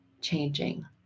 changing